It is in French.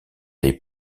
les